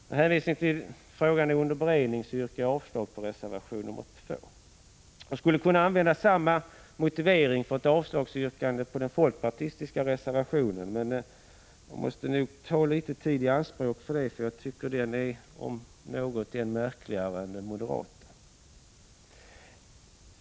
Med hänvisning till att frågan är under beredning yrkar jag avslag på reservation 2. Jag skulle kunna använda samma motivering för ett yrkande om avslag på den folkpartistiska reservationen, men jag måste nog ta litet tid i anspråk när det gäller den, för jag tycker att den är ännu märkligare än den moderata reservationen.